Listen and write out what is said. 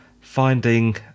finding